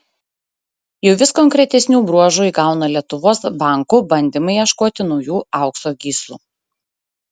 jau vis konkretesnių bruožų įgauna lietuvos bankų bandymai ieškoti naujų aukso gyslų